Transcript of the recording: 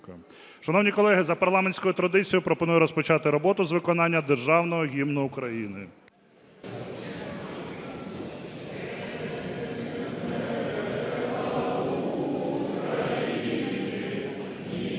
Шановні колеги, за парламентською традицією пропоную розпочати роботу з виконання Державного Гімну України.